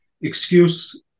excuse